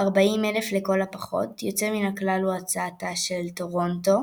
40,000 לכל הפחות יוצא מן הכלל הוא הצעתה של טורונטו,